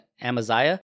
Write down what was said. Amaziah